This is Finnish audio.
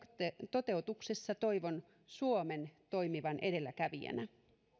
toteutuksessa toivon suomen toimivan edelläkävijänä